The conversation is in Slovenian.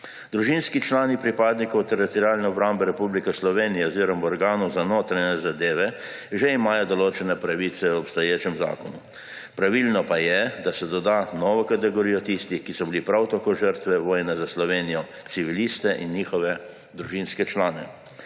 Družinski člani pripadnikov Teritorialne obrambe Republike Slovenije oziroma organov za notranje zadeve že imajo določene pravice v obstoječem zakonu. Pravilno pa je, da se doda novo kategorijo tistih, ki so bili prav tako žrtve vojne za Slovenijo – civiliste in njihove družinske člane.